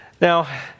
Now